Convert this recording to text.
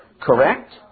correct